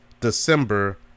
december